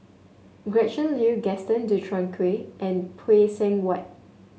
Gretchen Liu Gaston Dutronquoy and Phay Seng Whatt